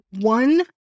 one